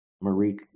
Marie